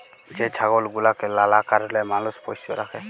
যে ছাগল গুলাকে লালা কারলে মালুষ পষ্য রাখে